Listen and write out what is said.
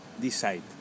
decide